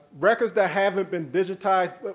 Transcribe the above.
records that haven't been digitized